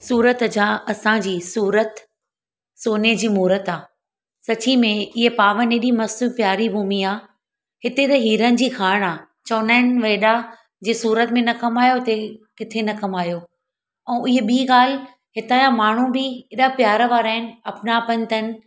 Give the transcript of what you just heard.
सूरत जा असांजी सूरत सोने जी मूरत आहे सची में हीअ पावन ऐॾी मस्तु प्यारी भूमी आहे हिते त हीरनि जी खाण आहे चवंदा आहिनि वॾा जंहिं सूरत में न कमायो अथईं किथे न कमायो ऐं हीअ ॿी ॻाल्हि हितां जा माण्हू बि ऐॾा प्यार वारा आहिनि अपनापन अथनि